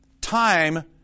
time